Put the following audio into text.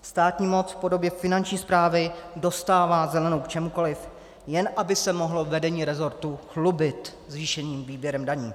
Státní moc v podobě Finanční správy dostává zelenou v čemkoliv, jen aby se mohlo vedení resortu chlubit zvýšeným výběrem daní.